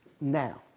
now